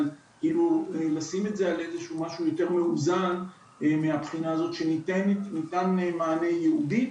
אבל אם נשים את זה על משהו יותר מאוזן מהבחינה הזאת שניתן מענה ייעודי.